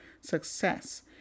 success